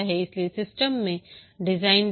इसलिए सिस्टम में डिज़ाइन डालें